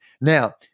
Now